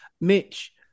Mitch